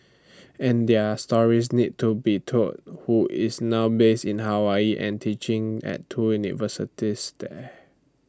and their stories needed to be told who is now based in Hawaii and teaching at two universities there